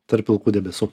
tarp pilkų debesų